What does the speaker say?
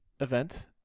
event